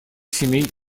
семей